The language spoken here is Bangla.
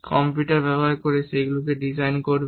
কম্পিউটার ব্যবহার করে সেগুলি ডিজাইন করবে